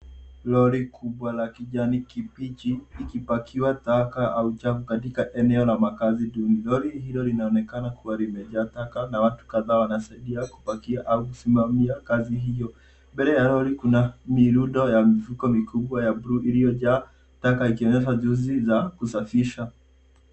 Lori kubwa la kijani kibichi likipakiwa taka au uchafu katika eneo la makazi duni. Gari hilo linaonekana kuwa limejaa taka na watu kadhaa wanasaidia kupakia au kusimamia kazi hiyo. Mbele ya lori kuna mirundo ya mifuko mikubwa ya buluu iliyojaa taka ikionyesha juhudi za kusafisha.